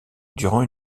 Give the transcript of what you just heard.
durant